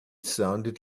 sounded